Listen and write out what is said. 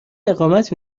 اقامت